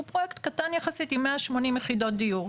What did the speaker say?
הוא פרויקט קטן יחסית עם 180 יחידות דיור.